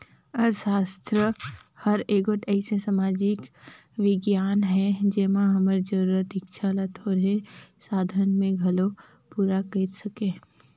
अर्थसास्त्र हर एगोट अइसे समाजिक बिग्यान हे जेम्हां हमर जरूरत, इक्छा ल थोरहें साधन में घलो पूरा कइर सके